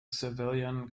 civilian